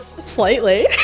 Slightly